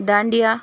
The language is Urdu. ڈانڈیا